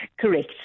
Correct